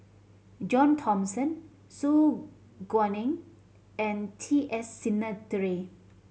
John Thomson Su Guaning and T S Sinnathuray